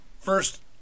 first